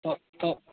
तो तो